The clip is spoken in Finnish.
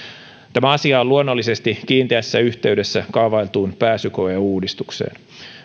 tämä asia on luonnollisesti kiinteässä yhteydessä kaavailtuun pääsykoeuudistukseen